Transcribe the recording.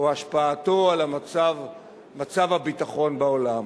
או השפעתו על מצב הביטחון בעולם.